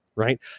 Right